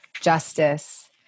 justice